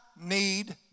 need